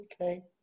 Okay